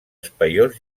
espaiós